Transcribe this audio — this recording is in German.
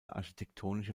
architektonische